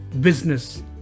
business